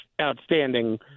outstanding